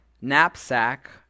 knapsack